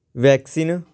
vaccine